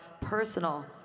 personal